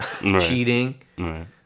cheating